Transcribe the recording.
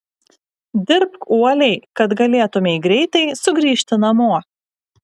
dirbk uoliai kad galėtumei greitai sugrįžti namo